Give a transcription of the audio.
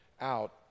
out